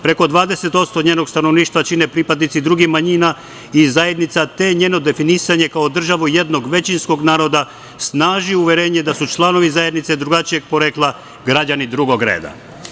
Preko 20% njenog stanovništva čine pripadnici drugih manjina i zajednica, te njeno definisanje kao državu jednog većinskog naroda snaži uverenje da su članovi zajednice drugačijeg porekla građani drugog reda.